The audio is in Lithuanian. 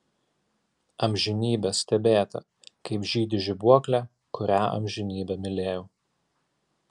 amžinybę stebėti kaip žydi žibuoklė kurią amžinybę mylėjau